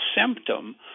symptom